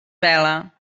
vela